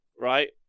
Right